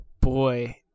Boy